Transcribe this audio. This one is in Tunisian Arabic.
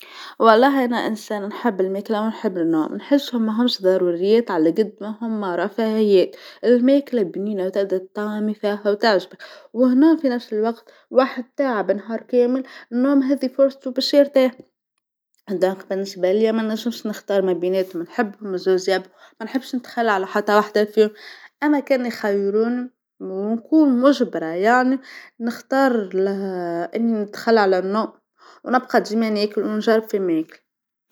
والله أنا إنسان نحب الماكله ونحب النوم، نحسهم ماهمش ضروريات على قد ما هما رفاهيات، الماكله بنينه وزاده فيها وتعجبك، والنوم في نفس الوقت الواحد تاعب النهار كامل، النوم هذاك فرصتو باش يرتاح، إذن بالنسبه ليا ما نجمش نختار ما بيناتهم، نحبهم للزوزات، ما نحبش نتخلى على حتى وحده فيهم، أما كان يخيروني ونكون مجبره يعني نختار أني نتخلى على النوم ونبقر ديما ناكل ونجرب في ماكل.